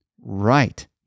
Right